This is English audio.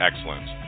excellence